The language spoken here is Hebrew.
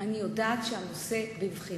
אני יודעת שהנושא בבחינה.